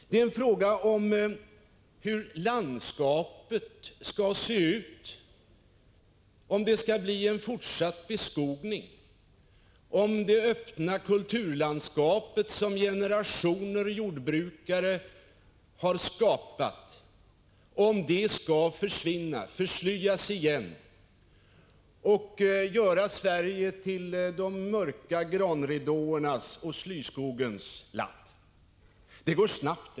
Det är en fråga om hur landskapet skall se ut, om det skall bli en fortsatt beskogning, om det öppna kulturlandskapet som generationer jordbrukare har skapat skall försvinna, om det skall förslyas igen och Sverige bli de mörka granridåernas och slyskogens land. Det går snabbt det här.